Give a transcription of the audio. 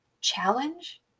challenge